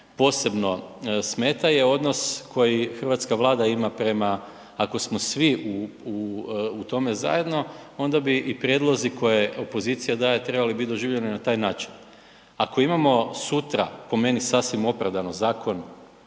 posebno smeta je odnos koji hrvatska Vlada ima prema, ako smo svi u tome zajedno, onda bi i prijedlozi koje opozicija daje, trebali biti doživljeni na taj način. Ako imamo sutra, po meni, sasvim opravdano zakon